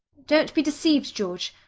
don't be deceived, george.